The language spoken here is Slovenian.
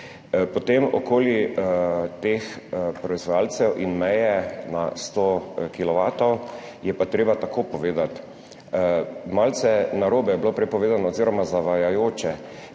Okoli teh proizvajalcev in meje na 100 kilovatov je pa treba tako povedati, malce narobe je bilo prej povedano oziroma zavajajoče.